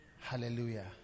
Hallelujah